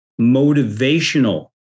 motivational